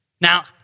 Now